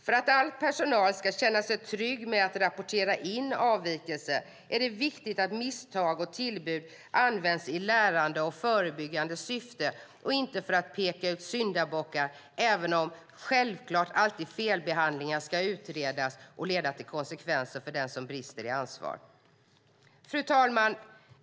För att all personal ska känna sig trygg med att rapportera in avvikelser är det viktigt att misstag och tillbud används i lärande och förebyggande syfte, inte för att peka ut syndabockar även om felbehandlingar självklart alltid ska utredas och leda till konsekvenser för den som brister i ansvar. Fru talman!